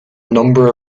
number